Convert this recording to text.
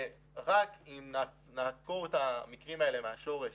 רק אם נעקור את המקרים האלה מהשורש